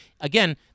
again